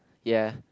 ya